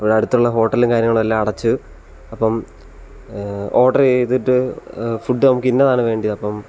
ഇവിടെ അടുത്തുള്ള ഹോട്ടലും കാര്യങ്ങളുമെല്ലാം അടച്ചു അപ്പം ഓർഡറ് ചെയ്തിട്ട് ഫുഡ് നമുക്ക് ഇന്നതാണ് വേണ്ടിയത് അപ്പം